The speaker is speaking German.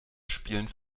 spielen